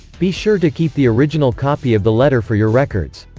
be sure to keep the original copy of the letter for your records.